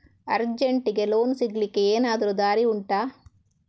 ಅರ್ಜೆಂಟ್ಗೆ ಲೋನ್ ಸಿಗ್ಲಿಕ್ಕೆ ಎನಾದರೂ ದಾರಿ ಉಂಟಾ